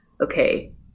okay